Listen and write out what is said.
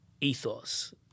ethos